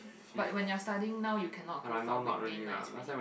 but when you are studying now you cannot go for weekday's night already